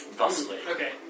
Okay